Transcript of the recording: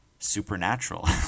Supernatural